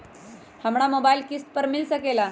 हमरा मोबाइल किस्त पर मिल सकेला?